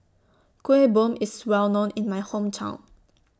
Kueh Bom IS Well known in My Hometown